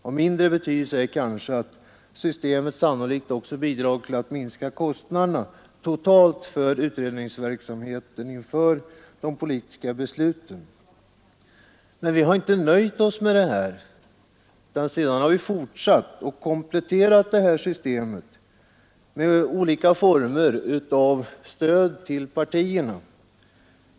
Av mindre betydelse är kanske att systemet sannolikt också bidrar till att minska kostnaderna totalt för utredningsverksamheten inför de politiska besluten. Men vi har inte nöjt oss med detta, utan vi har kompletterat detta system med olika former av stöd till partierna.